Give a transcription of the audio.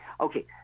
Okay